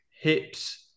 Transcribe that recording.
hips –